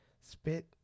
Spit